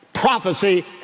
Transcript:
prophecy